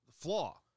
flaw